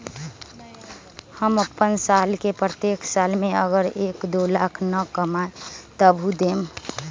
हम अपन साल के प्रत्येक साल मे अगर एक, दो लाख न कमाये तवु देम?